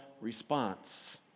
response